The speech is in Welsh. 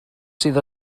sydd